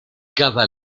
cada